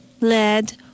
lead